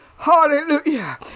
hallelujah